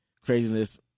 craziness